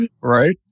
right